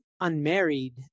unmarried